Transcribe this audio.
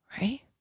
Right